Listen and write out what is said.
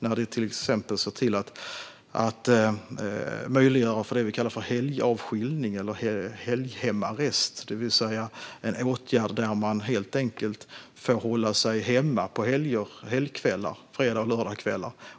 Här vill vi till exempel möjliggöra det vi kallar helgavskiljning eller helghemarrest, en åtgärd där man helt enkelt får hålla sig hemma på fredags och lördagskvällar.